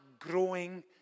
growing